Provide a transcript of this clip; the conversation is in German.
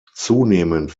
zunehmend